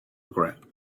regret